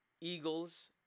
eagles